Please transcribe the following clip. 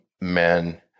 men